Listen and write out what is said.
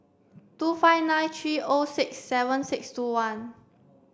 two five nine three O six seven six two one